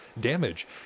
damage